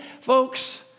folks